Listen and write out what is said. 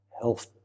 health